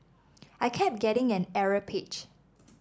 I kept getting an error page